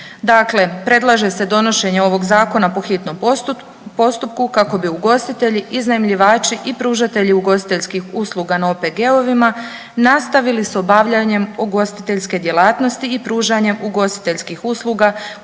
Dakle, predlaže se donošenje ovog zakona po hitnom postupku kako bi ugostitelji, iznajmljivači i pružatelji ugostiteljskih usluga na OPG-ovima nastavili s obavljanjem ugostiteljske djelatnosti i pružanjem ugostiteljskih usluga u objektima